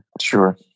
Sure